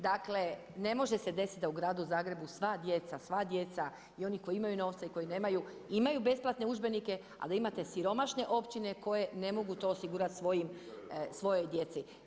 Dakle ne može se desiti da u gradu Zagrebu sva djeca, sva djeca i oni koji imaju novce i koji nemaju imaju besplatne udžbenike, a da imate siromašne općine koje ne mogu to osigurati svojoj djeci.